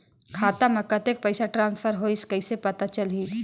खाता म कतेक पइसा ट्रांसफर होईस कइसे पता चलही?